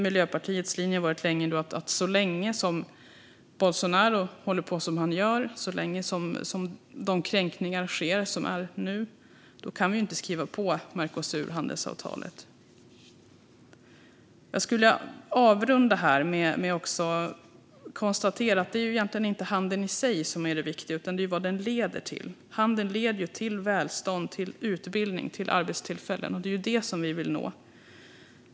Miljöpartiets linje har varit att så länge som Bolsonaro håller på som han gör, så länge kränkningarna sker, kan vi inte skriva på Mercosurhandelsavtalet. Jag vill avrunda med att konstatera att det egentligen inte är handeln i sig som är det viktiga utan vad den leder till. Handeln leder till välstånd, utbildning och arbetstillfällen. Det är vad vi vill uppnå.